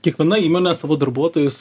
kiekviena įmonė savo darbuotojus